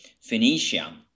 Phoenicia